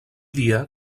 dia